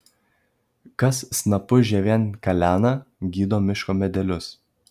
kas snapu žievėn kalena gydo miško medelius